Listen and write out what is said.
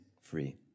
free